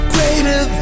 Greater